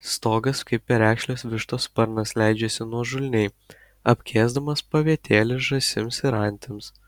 stogas kaip perekšlės vištos sparnas leidžiasi nuožulniai apkėsdamas pavietėlį žąsims ir antims